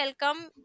welcome